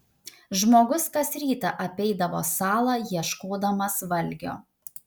žmogus kas rytą apeidavo salą ieškodamas valgio